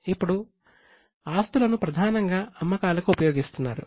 ఇప్పుడు ఆస్తులను ప్రధానంగా అమ్మకాలకు ఉపయోగిస్తున్నారు